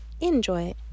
enjoy